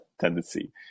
tendency